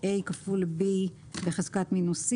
a xbc,